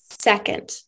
second